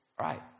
right